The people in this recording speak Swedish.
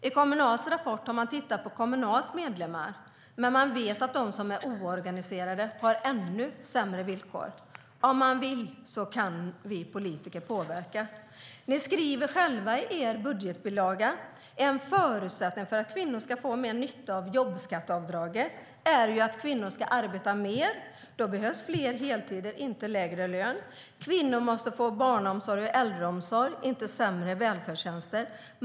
I Kommunals rapport har man tittat på Kommunals medlemmar. Men man vet att de som är oorganiserade har ännu sämre villkor. Om vi vill kan vi politiker påverka. Ni skriver själva i er budgetbilaga: En förutsättning för att kvinnor ska få mer nytta av jobbskatteavdraget är att kvinnor ska arbeta mer. Då behövs fler heltider, och inte lägre lön. Kvinnor måste få barnomsorg och äldreomsorg, inte sämre välfärdstjänster.